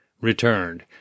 returned